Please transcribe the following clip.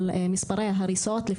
אבל מספרי ההריסות ב-2022,